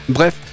Bref